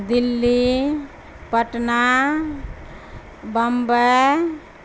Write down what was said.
Delhi Patna Mumbai